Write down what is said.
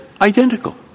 identical